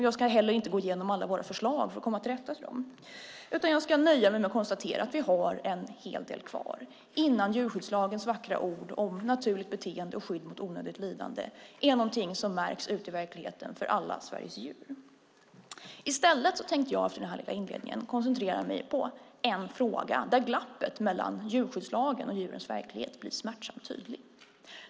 Jag ska heller inte gå igenom alla våra förslag för att komma till rätta med dem, utan jag ska nöja mig med att konstatera att vi fortfarande har en hel del kvar innan djurskyddslagens vackra ord om naturligt beteende och skydd mot onödigt lidande är någonting som märks ute i verkligheten, för alla Sveriges djur. I stället tänkte jag efter denna lilla inledning koncentrera mig på en fråga där glappet mellan djurskyddslagen och djurens verklighet blir smärtsamt tydlig.